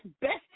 best